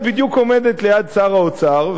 את בדיוק עומדת ליד שר האוצר,